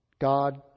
God